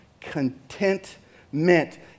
contentment